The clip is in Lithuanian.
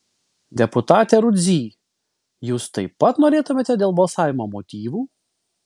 deputate rudzy jūs taip pat norėtumėte dėl balsavimo motyvų